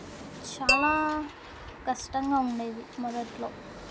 చాలా కష్టంగా ఉండేది మొదట్లో